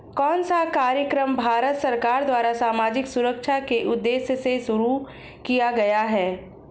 कौन सा कार्यक्रम भारत सरकार द्वारा सामाजिक सुरक्षा के उद्देश्य से शुरू किया गया है?